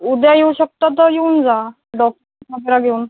उद्या येऊ शकता तर येऊन जा डॉक्युमेंट जा घेऊन